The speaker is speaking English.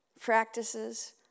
practices